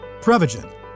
Prevagen